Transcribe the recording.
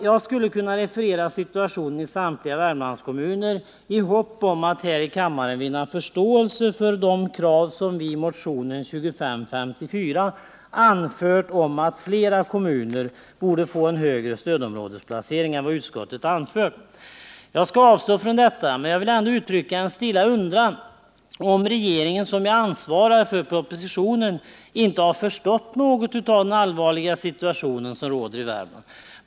Jag skulle kunna referera situationen i samtliga Värmlandskommuner i hopp om att här i kammaren vinna förståelse för de önskemål som vi i motionen 2554 anfört om att flera kommuner borde få en högre stödområdesplacering än vad utskottet föreslagit. Jag skall avstå från detta, men jag vill ändå uttrycka en stilla undran om regeringen, som ju ansvarar för propositionen, inte har förstått något av den allvarliga situation som råder i Värmland.